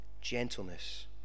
gentleness